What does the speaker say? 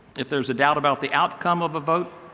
if there is doubt about the outcome of a vote,